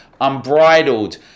unbridled